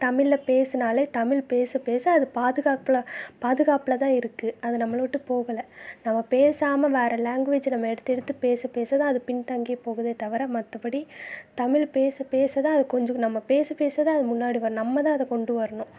தமிழ்ல பேசுனாலே தமிழ் பேச பேச அது பாதுகாப்பில் பாதுகாப்பில் தான் இருக்குது அது நம்மளை விட்டு போகலை நம்ம பேசாமல் வேற லேங்வேஜ் நம்ம எடுத்து எடுத்து பேச பேசதான் அது பின்தங்கியே போகுதே தவிர மற்றபடி தமிழ் பேச பேசதான் அது கொஞ்சம் நம்ம பேச பேசதான் அது முன்னாடி வரும் நம்மதான் அதை கொண்டு வரணும்